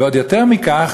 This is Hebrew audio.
ועוד יותר מכך,